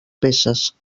peces